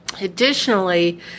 Additionally